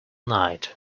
night